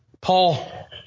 Paul